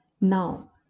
Now